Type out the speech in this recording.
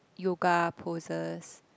yoga poses